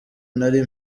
nari